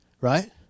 Right